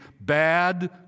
Bad